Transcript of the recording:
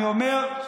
אני אומר,